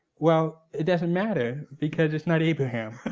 well, it doesn't matter because it's not abraham.